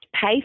pay